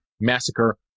massacre